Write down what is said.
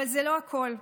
אבל זה לא הכול.